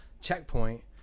checkpoint